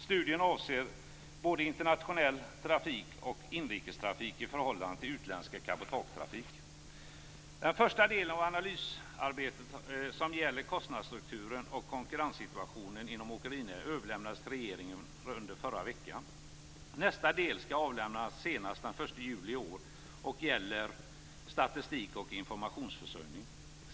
Studien avser både internationell trafik och inrikestrafik i förhållande till utländsk cabotagetrafik. Den första delen av analysarbetet, som gäller kostnadsstrukturen och konkurrenssituationen inom åkerinäringen, överlämnades till regeringen under förra veckan. Nästa del skall avlämnas senast den 1 juli i år och gäller statistik och informationsförsörjning.